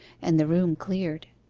and the room cleared.